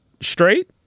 straight